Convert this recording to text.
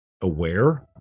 aware